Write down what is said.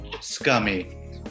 Scummy